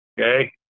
Okay